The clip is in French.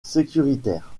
sécuritaire